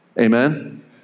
Amen